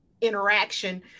interaction